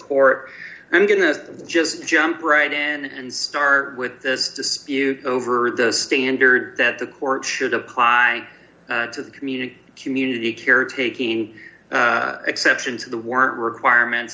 court i'm going to just jump right in and star with this dispute over the standard that the court should apply to the community community care taking exception to the warrant requirement